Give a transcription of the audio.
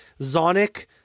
Zonic